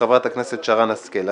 חברת הכנסת שרן השכל.